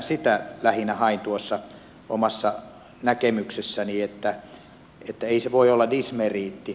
sitä lähinnä hain tuossa omassa näkemyksessäni että ei se voi olla dismeriitti